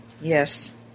Yes